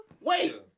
Wait